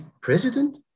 president